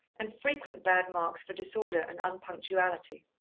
and frequent bad marks for disorder and unpunctuality.